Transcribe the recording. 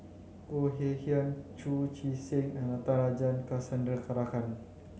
Khoo Kay Hian Chu Chee Seng and Natarajan Chandrasekaran